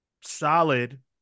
solid